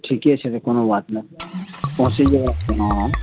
ठीके छै तऽ कोनो बात नहि हँ